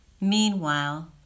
Meanwhile